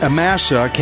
Amasa